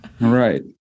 Right